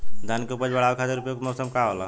धान के उपज बढ़ावे खातिर उपयुक्त मौसम का होला?